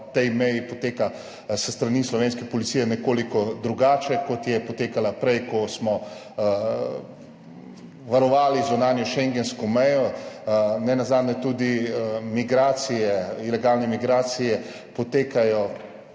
tej meji poteka s strani Slovenske policije nekoliko drugače, kot je potekala prej, ko smo varovali zunanjo schengensko mejo. Nenazadnje tudi migracije, ilegalne migracije potekajo